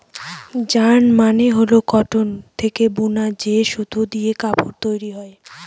yarn মানে হল cotton থেকে বুনা যে সুতো দিয়ে কাপড় তৈরী হয়